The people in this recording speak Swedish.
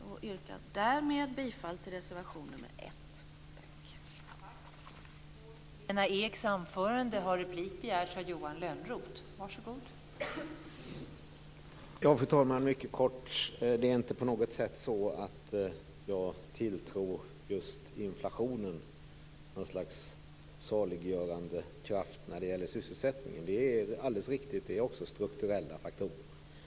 Jag yrkar därmed bifall till reservation nr 1.